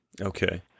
Okay